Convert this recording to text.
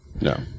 No